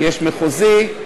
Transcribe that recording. יש מחוזי,